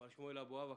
מר שמואל אבוהב.